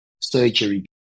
surgery